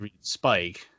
Spike